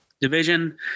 division